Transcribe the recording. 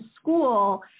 school